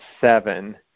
seven